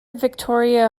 victoria